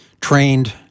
trained